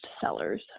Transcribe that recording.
sellers